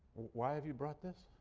why have you brought this?